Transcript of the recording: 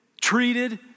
treated